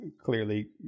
clearly